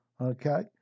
okay